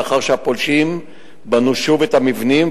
לאחר שהפולשים בנו שוב את המבנים,